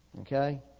Okay